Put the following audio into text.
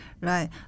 Right